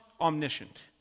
omniscient